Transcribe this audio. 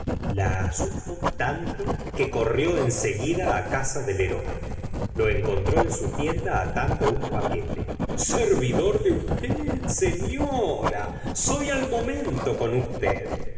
la asustó tanto que corrió en seguida á casa de lheureux lo encontró en su tienda atando un paquete servidor de usted señora soy al momento con usted